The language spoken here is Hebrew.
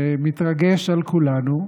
שמתרגש על כולנו,